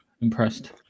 impressed